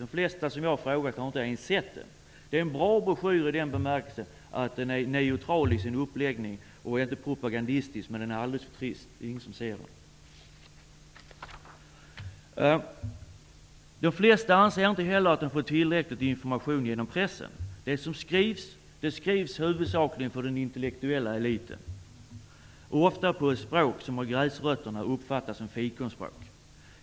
De flesta som jag har ställt frågor till har inte ens sett den. Broschyren är bra så till vida att den är neutral till sin uppläggning. Dessutom är den inte propagandistisk. Men den är alldeles för trist. Det är ingen som ser den. De flesta anser inte heller att de får tillräcklig information genom pressen. Det som skrivs är huvudsakligen till för den intellektuella eliten. Ofta skrivs det på ett språk som av gräsrötterna uppfattas som fikonspråk.